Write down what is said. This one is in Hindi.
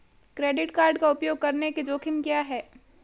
क्रेडिट कार्ड का उपयोग करने के जोखिम क्या हैं?